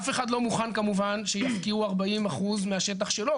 אף אחד לא מוכן כמובן שיפקיעו 40% מהשטח שלו,